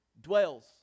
dwells